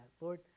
Lord